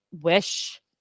wish